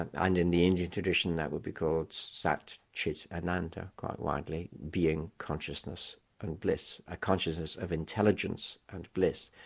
and in the indian tradition that would be called sat chit ananda, quite widely, being, consciousness and bliss, a consciousness of intelligence and bliss.